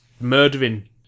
murdering